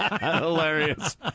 Hilarious